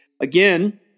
again